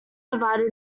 divided